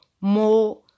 more